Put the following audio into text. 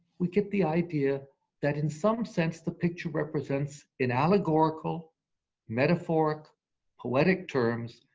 we get the idea that in some sense the picture represents an allegorical metaphoric poetic terms,